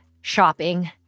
shopping